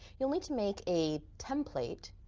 you'll need to make a template,